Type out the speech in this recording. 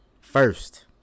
first